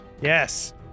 Yes